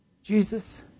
Jesus